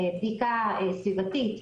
בדיקה סביבתית,